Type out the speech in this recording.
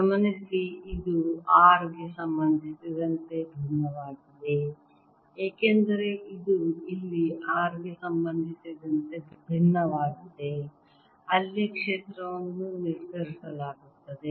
ಗಮನಿಸಿ ಇದು r ಗೆ ಸಂಬಂಧಿಸಿದಂತೆ ಭಿನ್ನವಾಗಿದೆ ಏಕೆಂದರೆ ಇದು ಇಲ್ಲಿ r ಗೆ ಸಂಬಂಧಿಸಿದಂತೆ ಭಿನ್ನವಾಗಿದೆ ಅಲ್ಲಿ ಕ್ಷೇತ್ರವನ್ನು ನಿರ್ಧರಿಸಲಾಗುತ್ತದೆ